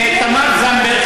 תמר זנדברג,